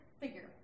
figure